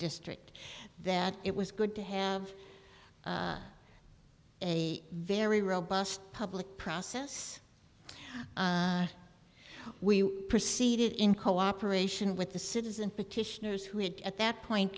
district that it was good to have a very robust public process we proceeded in cooperation with the citizen petitioners who had at that point